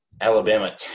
Alabama